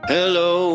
Hello